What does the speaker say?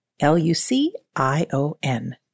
L-U-C-I-O-N